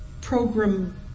program